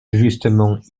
justement